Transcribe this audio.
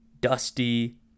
dusty